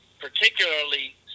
particularly